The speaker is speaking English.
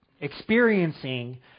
experiencing